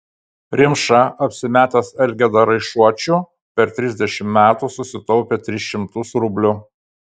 rimša apsimetęs elgeta raišuočiu per trisdešimt metų susitaupė tris šimtus rublių